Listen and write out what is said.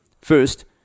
First